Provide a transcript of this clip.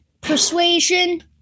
persuasion